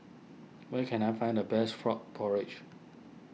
where can I find the best Frog Porridge